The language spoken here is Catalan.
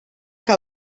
que